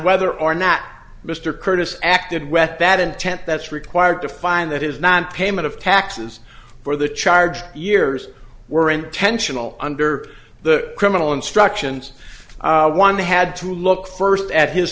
whether or not mr curtis acted whet bad intent that's required to find that is nonpayment of taxes for the charged years were intentional under the criminal instructions one had to look first at his